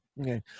Okay